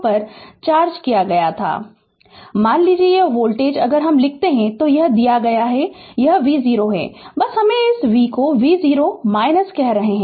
Refer Slide Time 0056 मान लीजिए यह वोल्टेज अगर हम लिखते है तो यह दिया गया है कि यह v0 है बस हम इसे v v0 कह रहे है